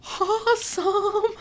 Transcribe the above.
awesome